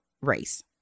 race